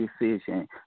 decision